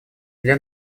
для